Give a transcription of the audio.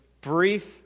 brief